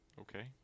okay